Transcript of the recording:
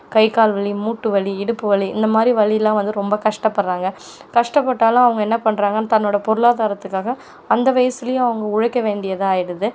கை கால் வலி மூட்டு வலி இடுப்பு வலி இந்த மாதிரி வலியெலாம் வந்து ரொம்ப கஷ்டப்படறாங்க கஷ்டப்பட்டாலும் அவங்க என்ன பண்ணுறாங்க தன்னோடய பொருளாதாரத்துக்காக அந்த வயதுலியும் அவங்க உழைக்க வேண்டியதாக ஆயிடுது